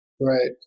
right